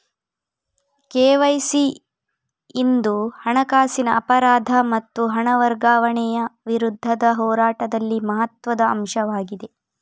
KYC ಇಂದು ಹಣಕಾಸಿನ ಅಪರಾಧ ಮತ್ತು ಹಣ ವರ್ಗಾವಣೆಯ ವಿರುದ್ಧದ ಹೋರಾಟದಲ್ಲಿ ಮಹತ್ವದ ಅಂಶವಾಗಿದೆ